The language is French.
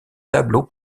tableau